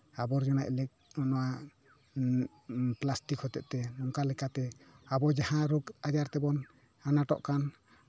ᱟᱵᱚᱨᱡᱚᱱᱟ ᱱᱚᱣᱟ ᱯᱞᱟᱥᱴᱤᱠ ᱦᱚᱛᱮᱜ ᱛᱮ ᱚᱱᱠᱟ ᱞᱮᱠᱟᱛᱮ ᱟᱵᱚ ᱡᱟᱦᱟᱸ ᱨᱳᱜᱽ ᱟᱡᱟᱨ ᱛᱮᱵᱳᱱ ᱟᱱᱟᱴᱚᱜ ᱠᱟᱱ